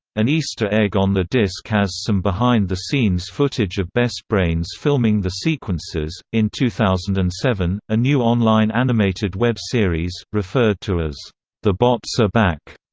an easter egg on the disc has some behind-the-scenes footage of best brains filming the sequences in two thousand and seven, a new online animated web series, referred to as the bots are back,